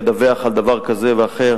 לדווח על דבר כזה ואחר.